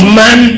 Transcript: man